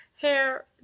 hair